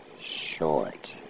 short